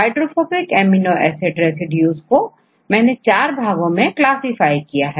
hydrophobic amino acid residues को मैंने4 भागों में क्लासिफाई किया है